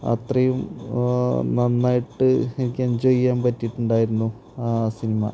അത്രയും നന്നായിട്ട് എനിക്ക് എൻജോയ് ചെയ്യാൻ പറ്റിയിട്ടുണ്ടായിരുന്നു ആ സിനിമ